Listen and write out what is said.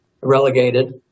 relegated